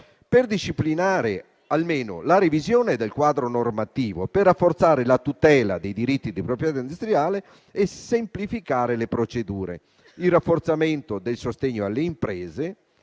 per disciplinare almeno la revisione del quadro normativo, per rafforzare la tutela dei diritti di proprietà industriale e semplificare le procedure, il rafforzamento del sostegno alle imprese